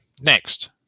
next